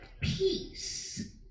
peace